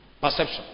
perception